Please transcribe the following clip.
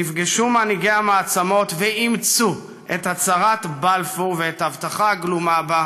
נפגשו מנהיגי המעצמות ואימצו את הצהרת בלפור ואת ההבטחה הגלומה בה,